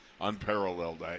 unparalleled